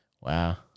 Wow